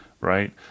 right